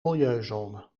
milieuzone